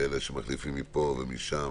אלה שמחליפים מפה ומשם,